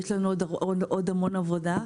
יש לנו עוד המון עבודה.